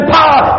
power